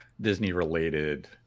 Disney-related